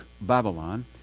Babylon